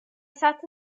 sat